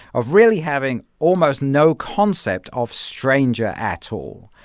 of really having almost no concept of stranger at all,